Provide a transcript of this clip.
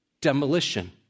Demolition